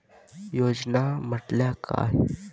योजना म्हटल्या काय?